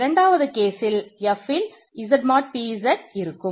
இது ஒரு case pZ இருக்கும்